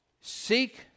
seek